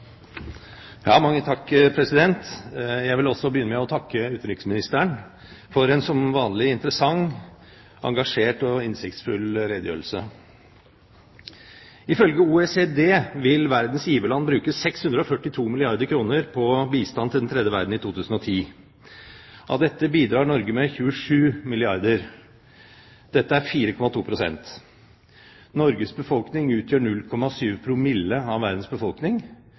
som vanlig, interessant, engasjert og innsiktsfull redegjørelse. Ifølge OECD vil verdens giverland bruke 642 milliarder kr på bistand til den tredje verden i 2010. Av dette bidrar Norge med 27 milliarder kr. Dette er 4,2 pst. Norges befolkning utgjør 0,7 promille av verdens befolkning.